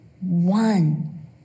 One